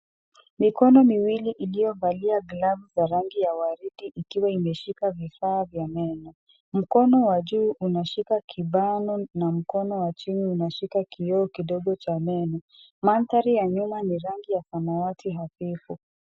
Mikono miwili iliyovalia glavu za rangi ya waridi ikiwa imeshika vifaa vya meno. Mkono wa juu unashika kibano na mkono wa chini unashika kioo kidogo cha meno. Mandhari ya nyuma ni rangi ya samawati hafifu.